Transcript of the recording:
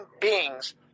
beings